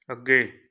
ਅੱਗੇ